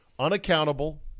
unaccountable